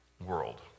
world